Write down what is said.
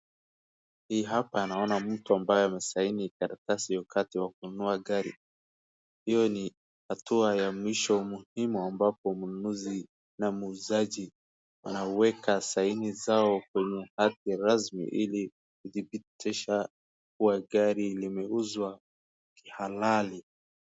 Hii hapa naona mtu ambaye ame saini karatasi wakati ya kununua gari, hio ni hatua ya mwisho muhimu ambapo mnunuzi na muuzaji wanaweka saini zao kwenye karatasi rasmi ili kudhibitisha kua gari limeuzwa halali.